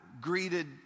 greeted